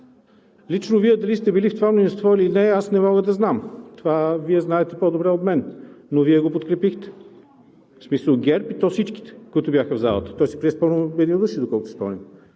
Лично Вие дали сте били в това мнозинство или не – аз не мога да знам. Това Вие знаете по-добре от мен. Но Вие го подкрепихте, в смисъл ГЕРБ, и то всичките, които бяха в залата. Той се прие с пълно единодушие, доколкото си спомням,